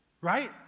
right